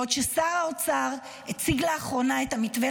בעוד ששר האוצר הציג לאחרונה את המתווה